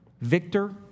victor